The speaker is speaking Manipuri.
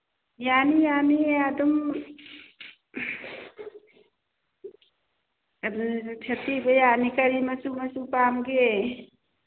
ꯌꯥꯅꯤ ꯌꯥꯅꯤ ꯑꯗꯨꯝ ꯁꯦꯠꯄꯤꯕ ꯌꯥꯅꯤ ꯀꯔꯤ ꯃꯆꯨ ꯃꯆꯨ ꯄꯥꯝꯒꯦ